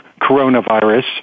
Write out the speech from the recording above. coronavirus